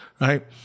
right